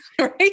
Right